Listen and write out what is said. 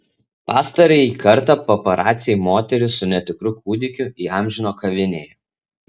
pastarąjį kartą paparaciai moterį su netikru kūdikiu įamžino kavinėje